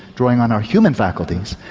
drawing on our human faculties,